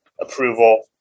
approval